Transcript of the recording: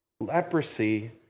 Leprosy